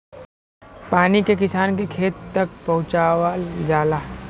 पानी के किसान के खेत तक पहुंचवाल जाला